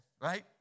right